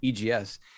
EGS